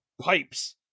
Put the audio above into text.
pipes